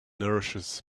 nourishes